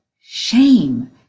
shame